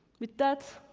with that,